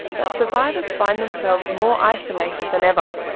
that survivors find themselves more isolated than ever,